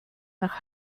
nach